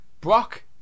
Brock